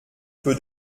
peu